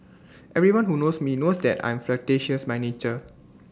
everyone who knows me knows that I am flirtatious by nature